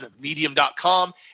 medium.com